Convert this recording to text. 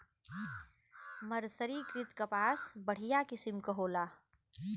मर्सरीकृत कपास बढ़िया किसिम क होला